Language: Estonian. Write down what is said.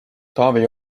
taavi